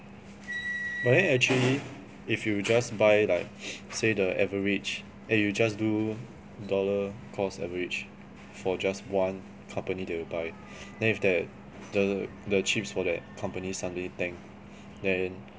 but then actually if you just buy like say the average and you just do dollar cost average for just one company that you buy then if that the the chips for that company suddenly tank then